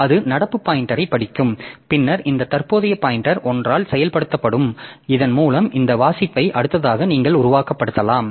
அது நடப்பு பாய்ன்டெரைப் படிக்கும் பின்னர் இந்த தற்போதைய பாய்ன்டெர் ஒன்றால் செயல்படுத்தப்படும் இதன் மூலம் இந்த வாசிப்பை அடுத்ததாக நீங்கள் உருவகப்படுத்தலாம்